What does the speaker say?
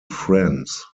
friends